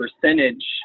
percentage